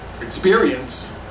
experience